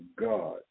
god